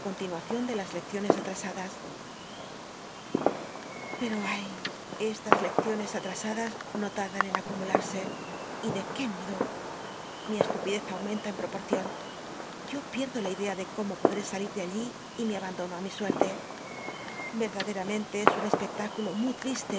conlinuacion de las lecciones atrasadas pero ay estas lecciones atrasadas no tardan en tcumulasc y tic qué modo ji estupidez aumenta en tlroporcion yo pierdo la idea de có mo po lé lir de alli y me abandono i mi suerte yerd ulctamcnlc es un espectáculo muy triste